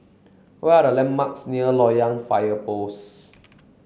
where are the landmarks near Loyang Fire Post